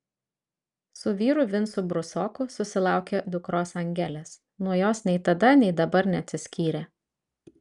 su vyru vincu brusoku susilaukė dukros angelės nuo jos nei tada nei dabar neatsiskyrė